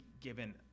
given